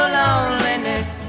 loneliness